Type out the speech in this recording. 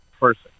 person